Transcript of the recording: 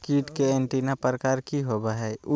कीट के एंटीना प्रकार कि होवय हैय?